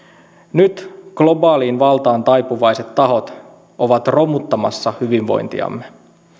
nyt globaaliin valtaan taipuvaiset tahot ovat romuttamassa hyvinvointiamme